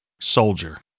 Soldier